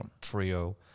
trio